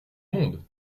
monde